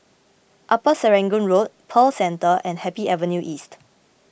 Upper Serangoon Road Pearl Centre and Happy Avenue East